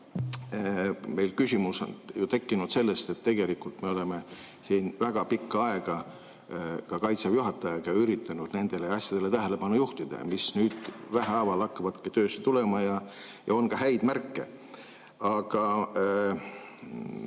Küsimus on meil ju tekkinud sellest, et me oleme siin väga pikka aega ka kaitseväe juhatajaga üritanud nendele asjadele tähelepanu juhtida, mis nüüd vähehaaval hakkavadki töösse tulema. On ka häid märke. Aga